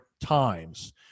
times